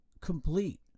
complete